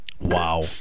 Wow